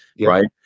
right